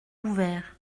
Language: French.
ouvert